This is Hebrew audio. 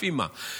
לפי מה?